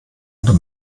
oder